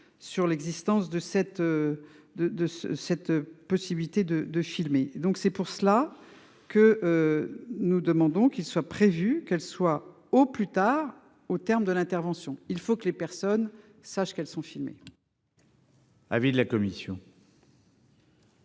de cette. De de cette possibilité de de filmer. Donc c'est pour cela que. Nous demandons qu'il soit prévu qu'elle soit au plus tard au terme de l'intervention. Il faut que les personnes sachent qu'elles sont filmés. Avis de la commission.